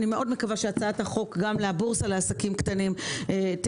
אני מאוד מקווה שגם הצעת החוק לבורסה לעסקים קטנים תקודם.